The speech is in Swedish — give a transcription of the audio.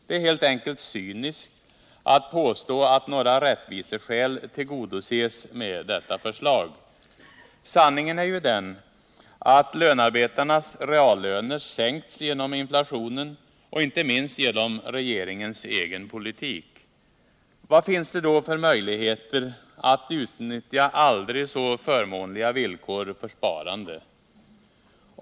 Det är helt enkelt cyniskt att påstå att några rättviseskäl tillgodoses med detta förslag. Sanningen är ju att lönearbetarnas reallöner sänkts genom inflationen och inte minst genom regeringens egen politik. Vad finns det då för möjligheter att utnyttja aldrig så förmånliga villkor för sparande?